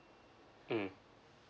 mm